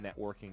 networking